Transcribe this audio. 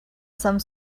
some